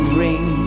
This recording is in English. ring